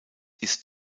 ist